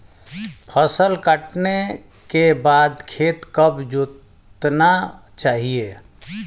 फसल काटने के बाद खेत कब जोतना चाहिये?